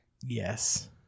Yes